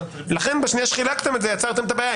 לכן, בשנייה שחילקתם את זה יצרתם את הבעיה.